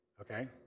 okay